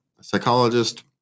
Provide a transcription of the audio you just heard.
psychologist